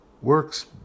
works